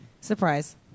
Surprise